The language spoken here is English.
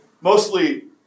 mostly